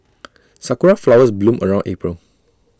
Sakura Flowers bloom around April